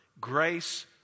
grace